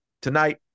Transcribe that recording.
tonight